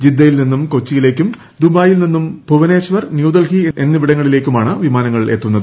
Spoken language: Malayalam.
ജിദ്ദയിൽ നിന്ന് കൊച്ചിയിലേയ്ക്കും ദുബായിയിൽ നിന്ന് ഭൂവനേശ്വർ ന്യൂഡൽഹി എന്നിവിടങ്ങളിലേയ്ക്കുമാണ് വിമാനങ്ങൾ എത്തുന്നത്